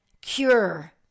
cure